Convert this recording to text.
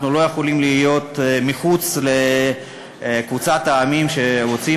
אנחנו לא יכולים להיות מחוץ לקבוצת העמים שרוצים